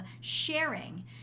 sharing